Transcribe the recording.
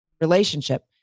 relationship